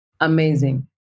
amazing